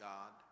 God